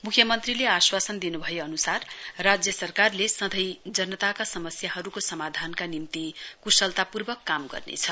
मुख्यमन्त्रीले आश्वासन दिनुभए अनुसार राज्य सरकारले सँधै जनताका समस्याहरुको समाधानका निम्ति कुशलता पूर्वक काम गर्नेछ